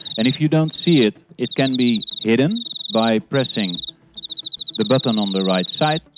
and if you dont see it, it can be hidden by pressing the button on the right side.